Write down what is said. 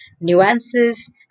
nuances